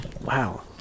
Wow